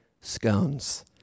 scones